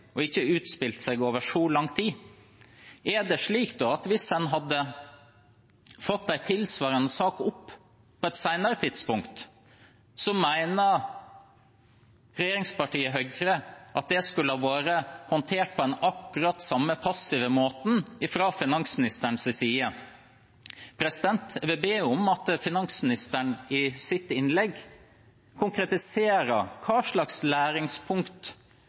og ikke utspilte seg over så lang tid. Er det slik at hvis en hadde fått en tilsvarende sak på et senere tidspunkt, mener regjeringspartiet Høyre at det skulle ha vært håndtert på akkurat samme passive måte fra finansministerens side? Jeg vil be om at finansministeren i sitt innlegg konkretiserer hva slags læringspunkt